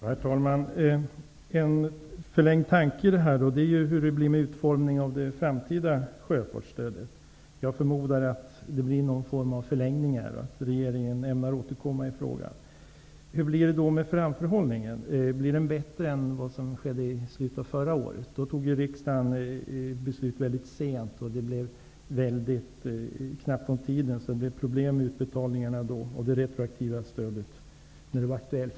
Herr talman! En förlängd tanke i detta sammanhang blir då hur det blir med utformningen av det framtida sjöfartsstödet. Jag förmodar att det blir någon form av förlängningar och att regeringen ämnar återkomma i frågan. Hur blir det då med framförhållningen? Blir den bättre än vad som skedde i slutet av förra året? Då fattade riksdagen beslut mycket sent, och det blev mycket knappt om tid. Det blev därför problem med utbetalningarna av det retroaktiva stödet.